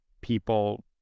people